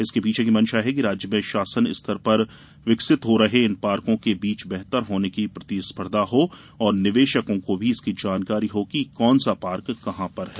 इसके पीछे केंद्र की मंशा है कि हर राज्य में शासन स्तर पर विकसित हो रहे इन पार्को के बीच बेहतर होने की प्रतिस्पर्धा हो और निवेशकों को भी इसकी जानकारी हो कि कौन सा पार्क कहां पर है